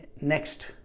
next